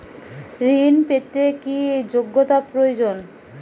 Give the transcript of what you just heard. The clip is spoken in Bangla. ঋণ পেতে কি যোগ্যতা প্রয়োজন?